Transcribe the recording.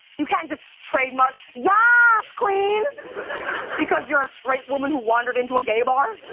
you can't just trademark yas, queen because you're a straight woman who wandered into a gay bar.